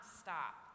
stop